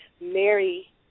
Mary